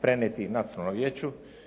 prenijeti nacionalnom vijeću.